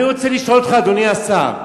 אני רוצה לשאול אותך, אדוני השר.